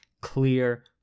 clear